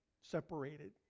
separated